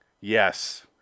Yes